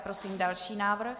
Prosím další návrh.